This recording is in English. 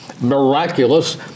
miraculous